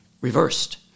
reversed